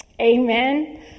Amen